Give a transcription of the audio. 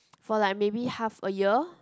for like maybe half a year